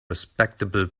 respectable